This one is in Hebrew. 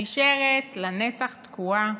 נשארת לנצח תקועה.